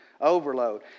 overload